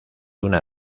una